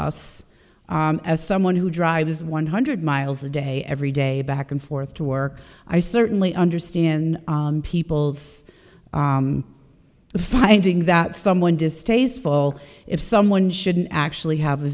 us as someone who drives one hundred miles a day every day back and forth to work i certainly understand people's finding that someone distasteful if someone should actually have a